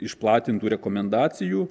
išplatintų rekomendacijų